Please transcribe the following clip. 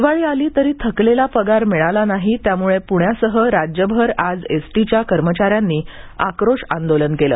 दिवाळी आली तरी थकलेला पगार नाही त्यामुळे प्ण्यासह राज्यभर आज एसटीच्या कर्मचाऱ्यांनी आक्रोश आंदोलन केले